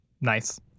Nice